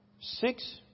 six